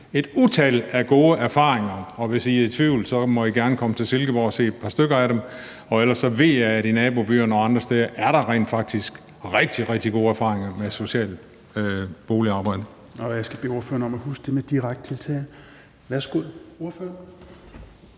et utal af gode erfaringer, og hvis I er i tvivl, må I gerne komme til Silkeborg og se et par stykker af dem, og ellers ved jeg, at der i nabobyerne og andre steder rent faktisk er rigtig, rigtig gode erfaringer med socialt boligarbejde.